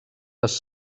les